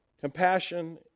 Compassion